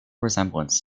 resemblance